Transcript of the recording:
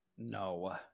No